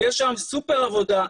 תהיה שם סופר עבודה,